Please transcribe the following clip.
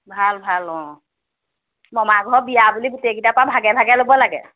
ভাল ভাল অঁ মামাৰ ঘৰৰ বিয়া বুলি গোটেইকেইটা পৰা ভাগে ভাগে ল'ব লাগে